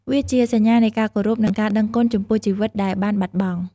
វាជាសញ្ញានៃការគោរព និងការដឹងគុណចំពោះជីវិតដែលបានបាត់បង់។